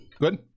Good